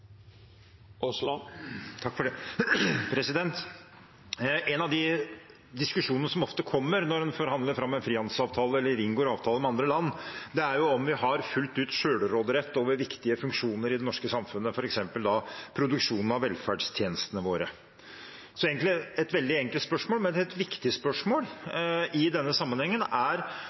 En av de diskusjonene som ofte kommer når man forhandler fram en frihandelsavtale eller inngår avtale med andre land, er om vi har fullt ut selvråderett over viktige funksjoner i det norske samfunnet, f.eks. produksjon av velferdstjenestene våre. Et egentlig veldig enkelt, men viktig spørsmål i denne sammenhengen er: